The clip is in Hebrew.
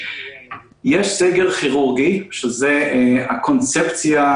יש סגר כירורגי, שזאת הקונספציה